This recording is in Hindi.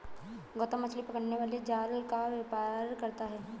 गौतम मछली पकड़ने वाले जाल का व्यापार करता है